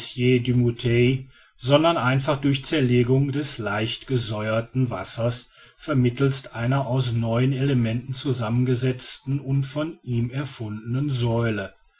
sondern einfach durch zerlegung des leicht gesäuerten wassers vermittelst einer aus neuen elementen zusammengesetzten und von ihm erfundenen säule